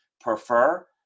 prefer